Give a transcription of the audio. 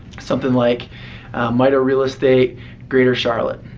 something like mida real estate greater charlotte.